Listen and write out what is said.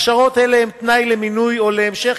הכשרות אלה הן תנאי למינוי או להמשך